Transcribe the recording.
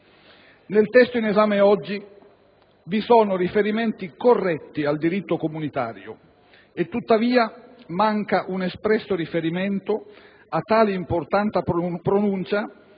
Nel testo in esame oggi vi sono riferimenti corretti al diritto comunitario; manca tuttavia un espresso riferimento a tale importante pronuncia